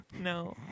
No